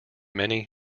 many